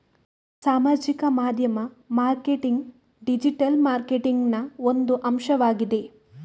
ಸಾಮಾಜಿಕ ಮಾಧ್ಯಮ marketing digital ಮಾರ್ಕೆಟಿಂಗಿನ ಒಂದು ಅಂಶವಾಗಿದೆ